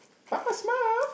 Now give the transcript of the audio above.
Papa-Smurf